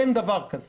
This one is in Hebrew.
אין דבר כזה